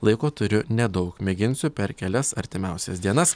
laiko turiu nedaug mėginsiu per kelias artimiausias dienas